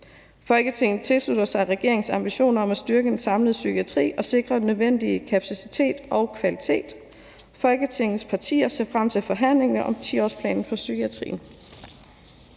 Folketinget tilslutter sig regeringens ambitioner om at styrke den samlede psykiatri og sikre den nødvendige kapacitet og kvalitet. Folketingets partier ser frem til forhandlingerne om 10-årsplanen for psykiatrien.«